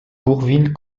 bourvil